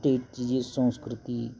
स्टेटची जी संस्कृती